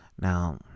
Now